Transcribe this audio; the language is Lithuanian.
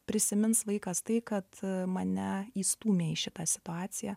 prisimins vaikas tai kad mane įstūmė į šitą situaciją